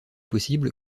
possible